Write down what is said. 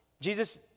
Jesus